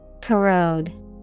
Corrode